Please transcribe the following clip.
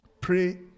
pray